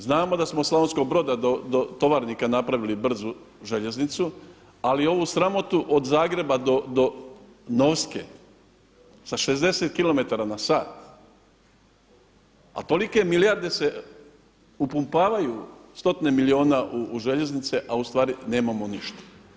Znamo da smo od Slavonskog Broda do Tovarnika napravili brzu željeznicu ali ovu sramotu od Zagreba do Novske sa 60km/h, a tolike milijarde se upumpavaju stotine milijuna u željeznice, a ustvari nemamo ništa.